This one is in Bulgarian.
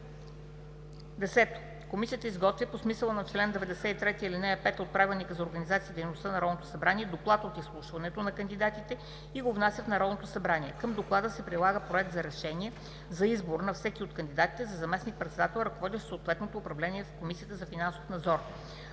10. Комисията изготвя по смисъла на чл. 93, ал. 5 от Правилника за организацията и дейността на Народното събрание доклад от изслушването на кандидатите и го внася в Народното събрание. Към доклада се прилага Проект на решение за избор на всеки от кандидатите за заместник-председател, ръководещ съответното управление в Комисията за финансов надзор.